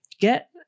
get